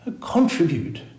contribute